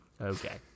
okay